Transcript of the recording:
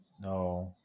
no